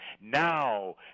Now